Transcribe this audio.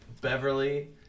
Beverly